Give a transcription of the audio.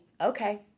okay